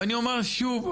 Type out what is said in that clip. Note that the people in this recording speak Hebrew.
ואני אומר את זה שוב,